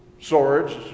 swords